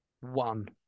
one